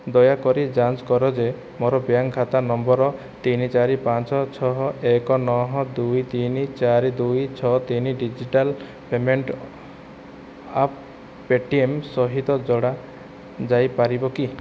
ଦୟାକରି ଯାଞ୍ଚ କର ଯେ ମୋର ବ୍ୟାଙ୍କ ଖାତା ନମ୍ବର ତିନି କାହାରି ପାଞ୍ଚ ଛଅ ଏକ ନଅ ଦୁଇ ତିନି ଚାରି ଦୁଇ ଛଅ ତିନି digital payment app Paytm ସହିତ ଯୋଡ଼ା ଯାଇପାରିବ କି